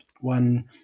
one